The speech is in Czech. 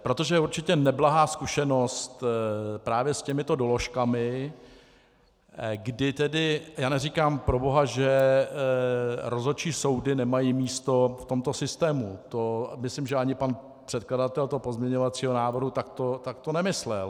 Protože je určitě neblahá zkušenost právě s těmito doložkami, kdy tedy já neříkám proboha, že rozhodčí soudy nemají místo v tomto systému, myslím, že ani pan předkladatel toho pozměňovacího návrhu to takto nemyslel.